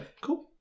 Cool